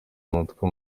amatwi